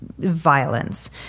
Violence